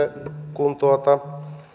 kun